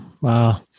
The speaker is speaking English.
Wow